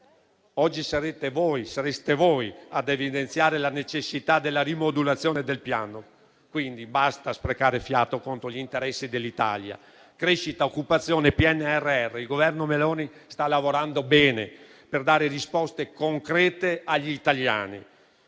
oggi sareste voi ad evidenziare la necessità della rimodulazione del Piano. Quindi, basta sprecare fiato contro gli interessi dell'Italia! Crescita, occupazione, PNRR: il Governo Meloni sta lavorando bene, per dare risposte concrete agli italiani.